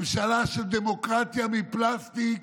ממשלה של דמוקרטיה מפלסטיק,